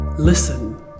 Listen